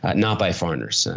not by foreigners. so